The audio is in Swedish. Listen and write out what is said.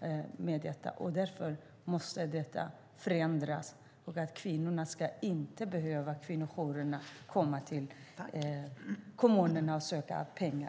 att ta sig an detta. Därför behövs en förändring. Kvinnojourerna ska inte behöva komma till kommunerna och söka pengar.